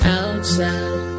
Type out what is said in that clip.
outside